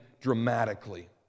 dramatically